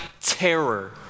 terror